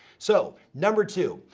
so, number two,